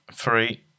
Three